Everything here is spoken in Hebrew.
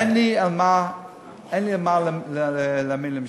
אין לי מה להאמין לממשלה.